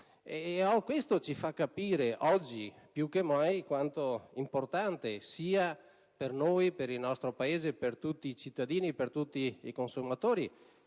Questo ci fa capire oggi più che mai quanto sia importante per noi, per il nostro Paese, per tutti i cittadini e consumatori,